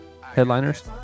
Headliners